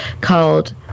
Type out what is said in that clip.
called